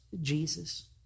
Jesus